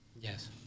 Yes